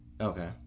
Okay